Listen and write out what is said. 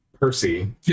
Percy